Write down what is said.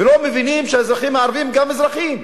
ולא מבינים שהאזרחים הערבים הם גם אזרחים,